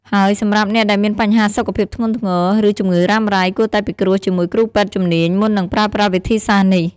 ហើយសម្រាប់អ្នកដែលមានបញ្ហាសុខភាពធ្ងន់ធ្ងរ ឬជំងឺរ៉ាំរ៉ៃ គួរតែពិគ្រោះជាមួយគ្រូពេទ្យជំនាញ មុននឹងប្រើប្រាស់វិធីសាស្ត្រនេះ។